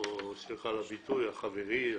סליחה על הביטוי החברי,